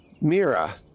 Mira